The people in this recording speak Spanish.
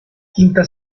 quinta